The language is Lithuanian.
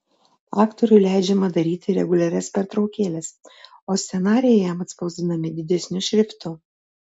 aktoriui leidžiama daryti reguliarias pertraukėles o scenarijai jam atspausdinami didesniu šriftu